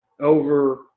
over